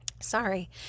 Sorry